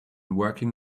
working